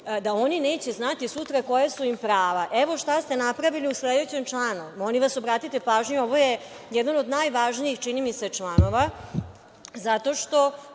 da oni neće znati sutra koja su im prava. Evo šta ste napravili u sledećem članu. Molim vas, obratite pažnju, ovo je jedan od najvažnijih članova, čini mi